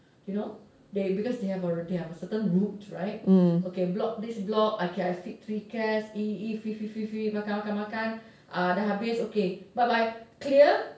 you know they because they have they have a certain route right okay block this block I feed three cats eat eat eat feed feed feed feed makan makan makan ah dah habis okay bye bye clear